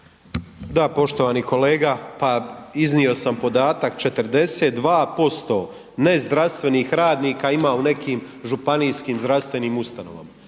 Da poštovani kolega, pa iznio sam podatak 42% nezdravstvenih radnika ima u nekim županijskim zdravstvenim ustanovama.